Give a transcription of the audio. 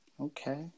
okay